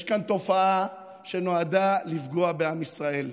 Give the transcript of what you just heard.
יש כאן תופעה שנועדה לפגוע בעם ישראל,